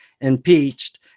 impeached